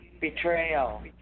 betrayal